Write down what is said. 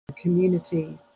community